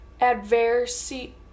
adversity